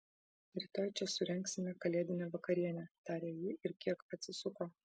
rytoj čia surengsime kalėdinę vakarienę tarė ji ir kiek atsisuko